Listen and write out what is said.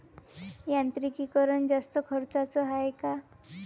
यांत्रिकीकरण जास्त खर्चाचं हाये का?